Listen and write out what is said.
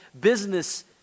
business